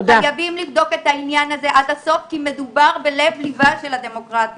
חייבים לבדוק את העניין הזה עד הסוף כי מדובר בלב ליבה של הדמוקרטיה.